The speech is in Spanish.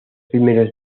primeros